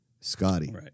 Scotty